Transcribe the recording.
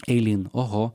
eilyn oho